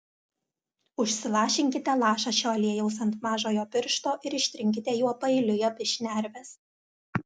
užsilašinkite lašą šio aliejaus ant mažojo piršto ir ištrinkite juo paeiliui abi šnerves